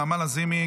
נעמה לזימי,